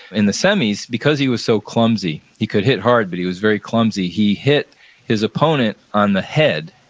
in the semis, because he was so clumsy, he could hit hard but he was very clumsy. he hit his opponent on the head,